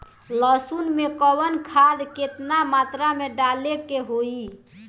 लहसुन में कवन खाद केतना मात्रा में डाले के होई?